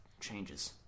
changes